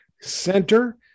Center